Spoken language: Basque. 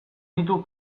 ditu